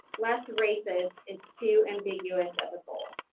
less racist, it's too ambiguous of a goal?